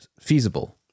feasible